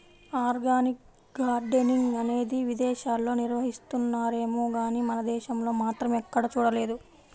organic gardening అనేది విదేశాల్లో నిర్వహిస్తున్నారేమో గానీ మన దేశంలో మాత్రం ఎక్కడా చూడలేదు